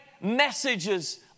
messages